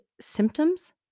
symptoms